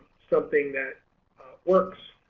something that works